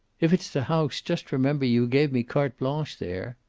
if it's the house, just remember you gave me carte blanche there.